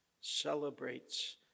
celebrates